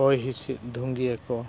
ᱦᱚᱭ ᱦᱤᱸᱥᱤᱫ ᱫᱷᱩᱝᱜᱤᱭᱟᱹᱠᱚ